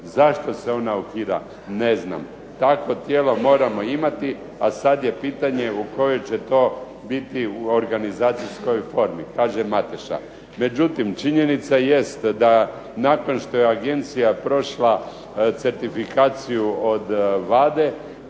Zašto se ona ukida ne znam. Takvo tijelo moramo imati, a sad je pitanje u kojoj će to biti organizacijskoj formi, kaže Mateša. Međutim, činjenica jest da nakon što je agencija prošla certifikaciju od Vlade